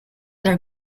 their